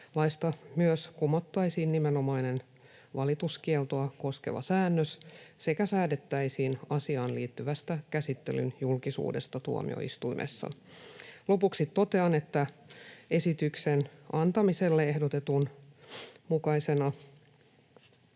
Laista myös kumottaisiin nimenomainen valituskieltoa koskeva säännös sekä säädettäisiin asiaan liittyvästä käsittelyn julkisuudesta tuomioistuimessa. Lopuksi totean, että esityksen antamiselle ehdotetun mukaisena